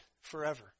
forever